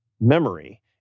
memory